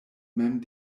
mem